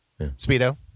speedo